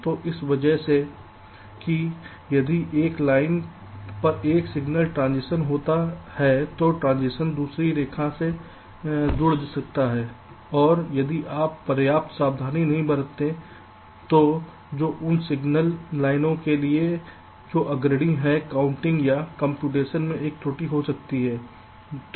तो इस वजह से कि यदि एक लाइन पर एक सिग्नल ट्रांजिशन होता है तो ट्रांजिशन दूसरी रेखा से जुड़ सकता है और यदि आप पर्याप्त सावधानी नहीं बरतते हैं तो जो उन सिग्नल लाइनों के लिए जो अग्रणी है काउंटिंग या कंप्यूटेशन में एक त्रुटि हो सकती है